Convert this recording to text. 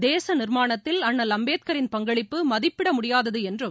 தேசநிர்மாணத்தில் அண்ணல் அம்பேத்கரின் பங்களிப்பு மதிப்பிடமுடியாதுஎன்றும்